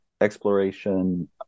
exploration